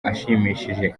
ashimishije